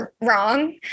wrong